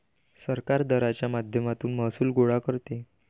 सरकार दराच्या माध्यमातून महसूल गोळा करते